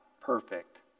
perfect